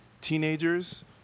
Teenagers